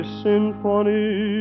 symphony